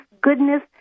goodness